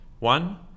One